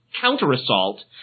counter-assault